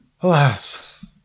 Alas